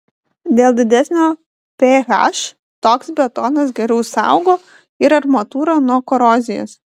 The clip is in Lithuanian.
dėl didesnio ph toks betonas geriau saugo ir armatūrą nuo korozijos